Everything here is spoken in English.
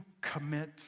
commit